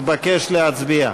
מתבקשים להצביע.